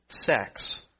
sex